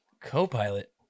co-pilot